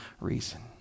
reason